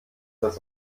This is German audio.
das